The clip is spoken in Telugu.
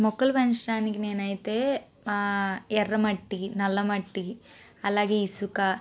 మొక్కలు పెంచడానికి నేనైతే ఎర్రమట్టి నల్లమట్టి అలాగే ఇసుక